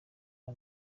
aya